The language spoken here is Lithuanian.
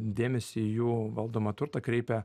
dėmesį į jų valdomą turtą kreipia